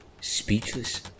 speechless